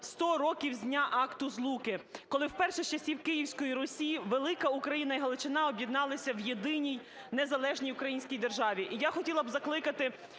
100 років з дня Акту Злуки, коли вперше з часів Київської Русі Велика Україна і Галичина об'єдналися в єдиній незалежній українській державі.